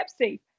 Pepsi